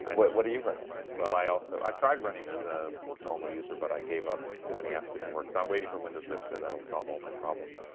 what what are you running? well, i also i tried running as a normal user but i gave up too many apps didn't work so i'm waiting for windows vista that'll solve all my problems